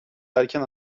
erken